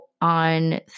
on